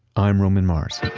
i'm roman mars